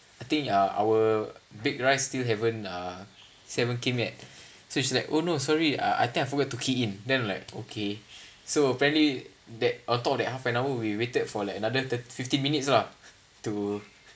I think our baked rice still haven't uh still haven't came yet so she's like oh no sorry uh I think I forget to key in then I'm like okay so apparently that I thought that half an hour we waited for the another fifteen minutes lah to